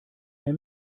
mehr